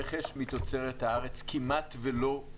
רכש מתוצרת הארץ כמעט ולא,